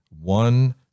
One